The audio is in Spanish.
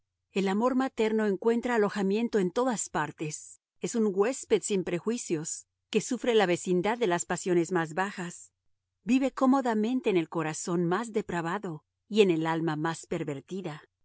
el amor materno encuentra alojamiento en todas partes es un huésped sin prejuicios que sufre la vecindad de las pasiones más bajas vive cómodamente en el corazón más depravado y en el alma más pervertida